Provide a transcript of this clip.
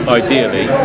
ideally